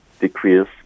decrease